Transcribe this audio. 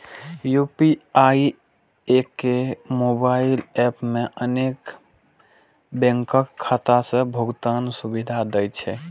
UPI एके mobile app मे अनेक बैंकक खाता सं भुगतान सुविधा दै छै